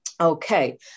okay